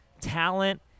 talent